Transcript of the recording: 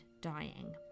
dying